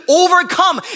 overcome